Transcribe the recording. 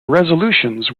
resolutions